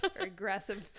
aggressive